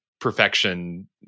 perfection